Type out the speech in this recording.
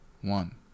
one